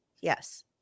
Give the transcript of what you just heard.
yes